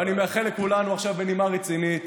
ואני מאחל לכולנו, עכשיו בנימה רצינית,